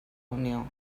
unió